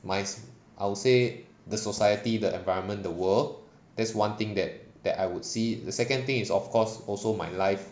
my~ I would say the society the environment the world that's one thing that that I would see the second thing is of course also my life